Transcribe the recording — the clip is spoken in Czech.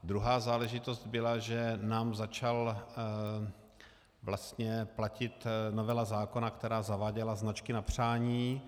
Druhá záležitost byla, že nám začala vlastně platit novela zákona, která zaváděla značky na přání.